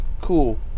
cool